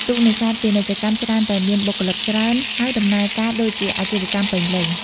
ទូកនេសាទពាណិជ្ជកម្មច្រើនតែមាន បុគ្គលិក ច្រើន ហើយដំណើរការដូចជាអាជីវកម្មពេញលេញ។